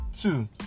two